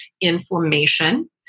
inflammation